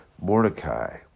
Mordecai